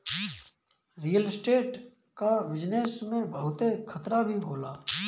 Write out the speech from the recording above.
real estate कअ business में बहुते खतरा भी होला